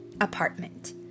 apartment